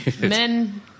men